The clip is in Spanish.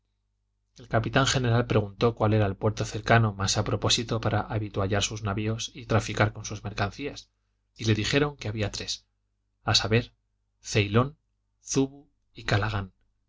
el capitán general preguntó cuál era el puerto cercano más a propósito para avituallar sus navios y traficar con sus mercancías y le dijeron que había tres a saber ceylon zubu y calagán